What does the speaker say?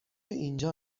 اینجا